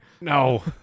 No